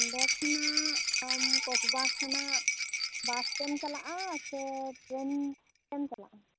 ᱚᱸᱰᱮ ᱠᱷᱚᱱᱟᱜ ᱟᱢ ᱠᱚᱥᱵᱟ ᱠᱷᱚᱱᱟᱜ ᱵᱟᱥᱛᱮᱢ ᱪᱟᱞᱟᱜᱼᱟ ᱥᱮ ᱴᱨᱮᱱ ᱛᱮᱢ ᱪᱟᱞᱟᱜᱼᱟ